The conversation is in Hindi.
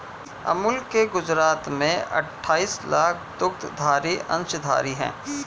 अमूल के गुजरात में अठाईस लाख दुग्धधारी अंशधारी है